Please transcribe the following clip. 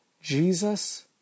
Jesus